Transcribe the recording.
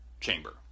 chamber